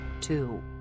two